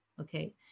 okay